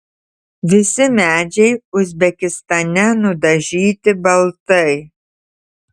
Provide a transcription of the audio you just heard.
visi medžiai uzbekistane nudažyti baltai